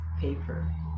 paper